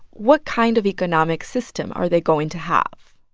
what kind of economic system are they going to have?